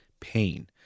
pain